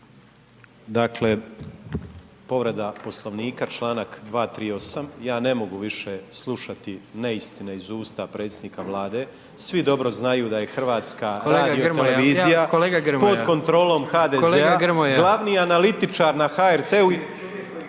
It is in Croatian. Dakle, povreda Poslovnika, čl. 238. Ja ne mogu više slušati neistine iz usta predsjednika Vlade. Svi dobro znaju da je Hrvatska .../Upadica: Kolega Grmoja. Kolega Grmoja./... pod kontrolom HDZ-a, glavni analitičar na HRT-u…